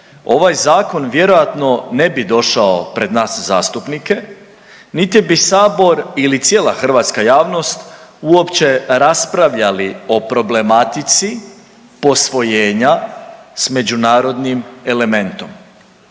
ovaj zakon vjerojatno ne bi došao pred nas zastupnike niti bi sabor ili cijela hrvatska javnost uopće raspravljali o problematici posvojenja s međunarodnim elementom.